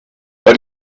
but